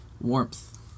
Warmth